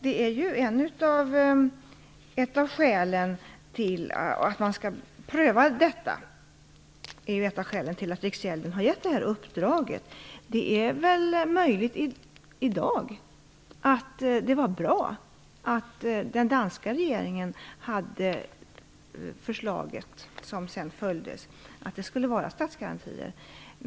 Det var ju ett av skälen för Riksgäldskontorets uppdrag. I dag är det väl möjligt att tycka att det var bra att den danska regeringen lade fram förslaget om statsgarantier, vilket sedan följdes.